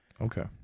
Okay